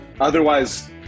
otherwise